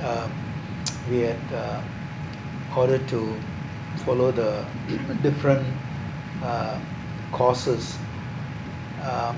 uh it had the order to follow the different uh courses um